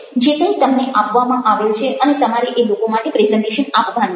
જે કંઈ તમને આપવામાં આવેલ છે અને તમારે આ લોકો માટે પ્રેઝન્ટેશન આપવાનું છે